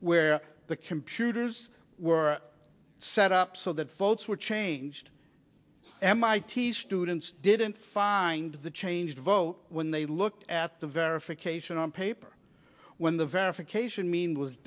where the computers were set up so that votes were changed mit students didn't find the changed vote when they looked at the verification on paper when the verification mean was